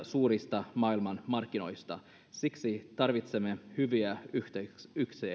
suurista maailmanmarkkinoista siksi tarvitsemme hyviä yhteyksiä